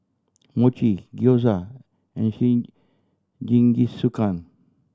Mochi Gyoza and Jingisukan